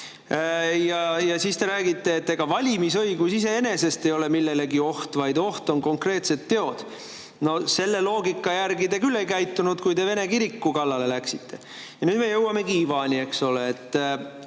ja siis te räägite, et ega valimisõigus iseenesest ei ole millelegi oht, vaid oht on konkreetsed teod. No selle loogika järgi te küll ei käitunud, kui te Vene kiriku kallale läksite. Nüüd me jõuamegi ivani, eks ole. On